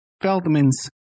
Feldman's